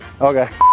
Okay